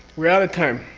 we're out of time.